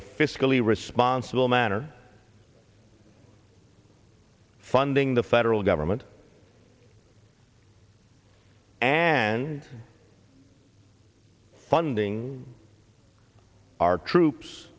a fiscally responsible manner funding the federal government and funding our troops